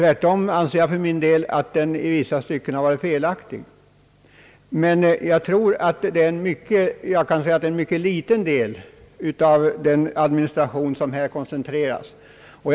Jag anser för min del tvärtom att den i vissa stycken varit felaktig. Det är emellertid en mycket liten del av jordbrukets administration som har koncentrerats hit.